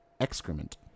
excrement